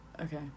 Okay